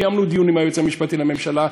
קיימנו דיון עם היועץ המשפטי לממשלה.